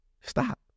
Stop